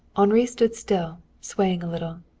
henri stood still, swaying a little.